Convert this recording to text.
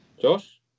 Josh